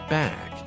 back